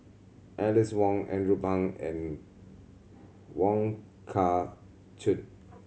Alice Ong Andrew Phang and Wong Kah Chun